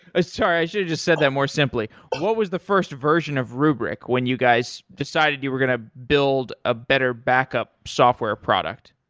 sorry. i should've just said that more simply. what was the first version of rubrik when you guys decided you were going to build a better backup software product?